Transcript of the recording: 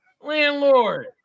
Landlord